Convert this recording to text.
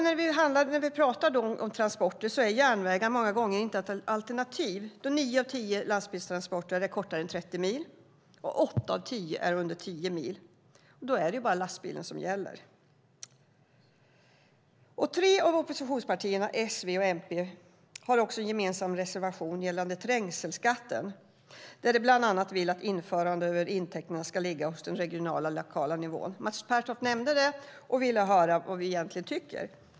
När det gäller transporter är järnvägar många gånger inte ett alternativ, då nio av tio lastbilstransporter är kortare än 30 mil och åtta av tio är under tio mil. Då är det bara lastbilen som gäller. Tre av oppositionspartierna, S, V och MP, har också en gemensam reservation gällande trängselskatten. De vill bland annat att inflytandet över intäkterna ska ligga på den regionala och lokala nivån. Mats Pertoft nämnde det och ville höra vad vi egentligen tycker.